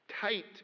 tight